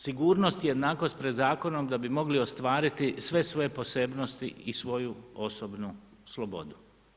Sigurnost i jednakost pred zakonom da bi mogli ostvariti sve svoje posebnosti i svoju osobnu slobodu.